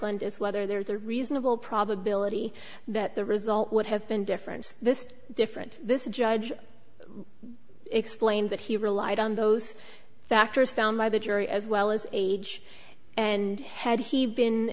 is whether there's a reasonable probability that the result would have been different this different this judge explained that he relied on those factors found by the jury as well as age and had he been